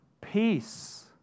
peace